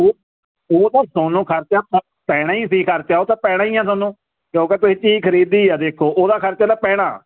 ਉਹ ਤਾਂ ਥੋਨੂੰ ਖਰਚਾ ਪੈਣਾ ਹੀ ਸੀ ਖਰਚਾ ਉਹ ਤਾਂ ਪੈਣਾ ਹੀ ਆ ਤੁਹਾਨੂੰ ਕਿਉਂਕਿ ਤੁਸੀਂ ਚੀਜ਼ ਖਰੀਦੀ ਆ ਦੇਖੋ ਉਹਦਾ ਖਰਚਾ ਤਾਂ ਪੈਣਾ